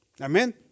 Amen